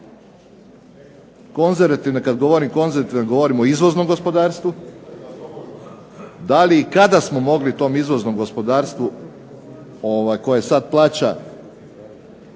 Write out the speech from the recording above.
konzervativna politika, kad govorim konzervativna govorim o izvoznom gospodarstvu, da li i kada smo mogli tom izvoznom gospodarstvu koje sad plaća